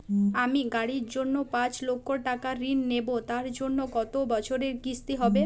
আমি গাড়ির জন্য পাঁচ লক্ষ টাকা ঋণ নেবো তার জন্য কতো বছরের কিস্তি হবে?